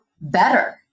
better